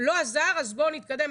לא עזר, אז בואו נתקדם.